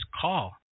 call